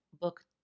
book